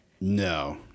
No